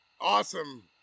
awesome